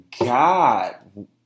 God